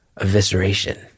evisceration